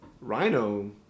Rhino